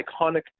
iconic